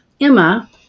Emma